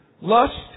lust